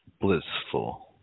blissful